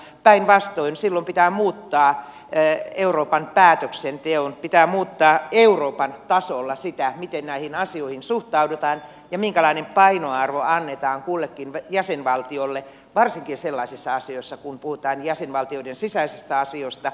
päinvastoin silloin pitää muuttaa euroopan päätöksenteon euroopan tasolla sitä miten näihin asioihin suhtaudutaan ja minkälainen painoarvo annetaan kullekin jäsenvaltiolle varsinkin sellaisissa asioissa kun puhutaan jäsenvaltioiden sisäisistä asioista